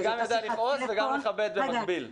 אני גם יודע לכעוס וגם מכבד ומגביל.